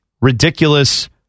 ridiculous